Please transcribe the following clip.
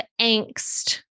angst